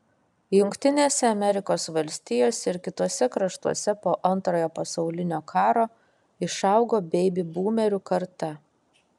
jungtinėse amerikos valstijose ir kituose kraštuose po antrojo pasaulinio karo išaugo beibi būmerių karta